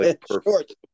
perfect